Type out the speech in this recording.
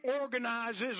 organizes